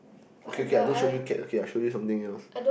okay K I don't show you cat okay I show you something else